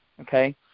Okay